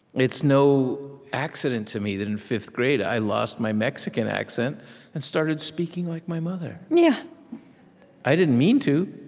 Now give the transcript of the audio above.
it's no accident to me that in fifth grade i lost my mexican accent and started speaking like my mother. yeah i didn't mean to,